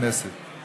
אנחנו